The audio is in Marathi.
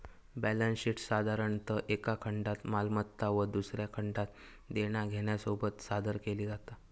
बॅलन्स शीटसाधारणतः एका खंडात मालमत्ता व दुसऱ्या खंडात देना घेण्यासोबत सादर केली जाता